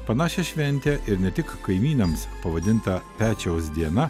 panašią šventę ir ne tik kaimynams pavadintą pečiaus diena